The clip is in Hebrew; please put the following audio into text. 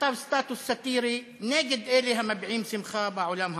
שכתב סטטוס סאטירי נגד אלה המביעים שמחה בעולם הערבי.